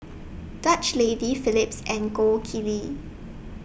Dutch Lady Phillips and Gold Kili